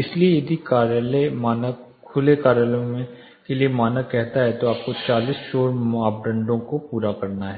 इसलिए यदि कार्यालय मानक खुले कार्यालय के लिए मानक कहता है कि आपको 40 शोर मानदंडों को पूरा करना है